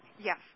Yes